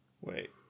Wait